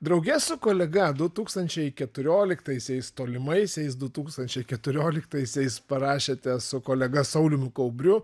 drauge su kolega du tūkstančiai keturioliktaisiais tolimaisiais du tūkstančiai keturioliktaisiais parašėte su kolega saulium kaubriu